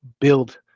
build